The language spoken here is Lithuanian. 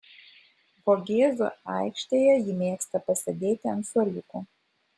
vogėzų aikštėje ji mėgsta pasėdėti ant suoliukų